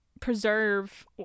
preserve